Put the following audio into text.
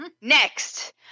Next